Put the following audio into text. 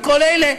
וכל אלה,